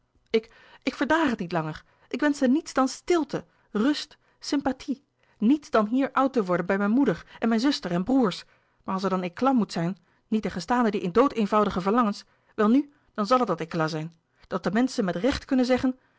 ik ik verdraag het niet langer ik wenschte niets dan stilte rust sym pathie niets dan hier oud te worden bij mijn moeder en mijn zusters en broêrs maar als er dan éclat moet zijn niettegenstaande die doodeenvoudige verlangens welnu dan zal er dat éclat zijn dat de menschen met recht kunnen zeggen